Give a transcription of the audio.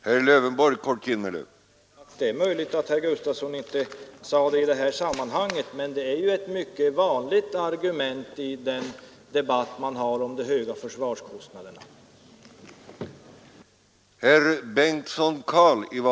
Herr talman! Det är möjligt att herr Gustavsson i Eskilstuna inte sade det i det här sammanhanget, men sysselsättningsskälen är ett mycket vanligt argument i den debatt som förs om de höga försvarskostnaderna.